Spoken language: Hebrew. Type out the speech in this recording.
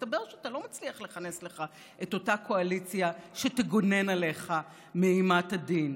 ומסתבר שאתה לא מצליח לכנס לך את אותה קואליציה שתגונן עליך מאימת הדין.